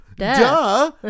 Duh